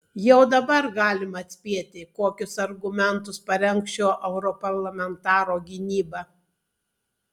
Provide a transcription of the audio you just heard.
jau dabar galima atspėti kokius argumentus parengs šio europarlamentaro gynyba